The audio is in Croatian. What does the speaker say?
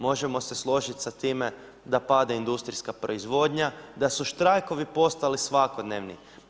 Možemo se složit sa time da pada industrijska proizvodnja, da su štrajkovi postali svakodnevni.